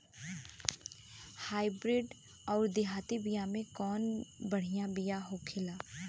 Hybrid अउर देहाती बिया मे कउन बढ़िया बिया होखेला?